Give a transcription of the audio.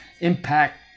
Impact